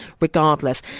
regardless